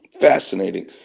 fascinating